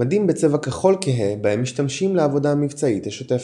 - מדים בצבע כחול כהה בהם משתמשים לעבודה המבצעית השוטפת.